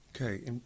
Okay